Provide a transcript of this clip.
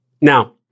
Now